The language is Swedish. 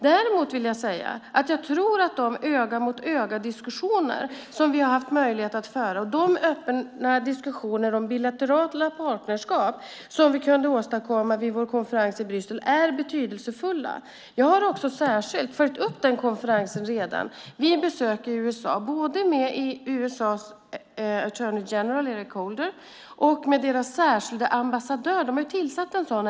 Däremot tror jag att de öga-mot-öga-diskussioner som vi har haft möjlighet att föra och de öppna diskussioner om bilaterala partnerskap som vi kunde åstadkomma vid vår konferens i Bryssel är betydelsefulla. Jag har också särskilt följt upp den konferensen vid besök i USA, både med USA:s attorney general Eric Holder och med deras särskilda ambassadör - de har ju äntligen tillsatt en sådan.